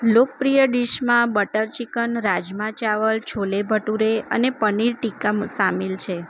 લોકપ્રિય ડીશમાં butter chicken rajma chawal chole bhature અને પનીર ટીકા શામેલ છે